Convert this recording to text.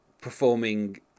performing